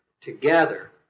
together